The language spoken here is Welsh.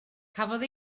cafodd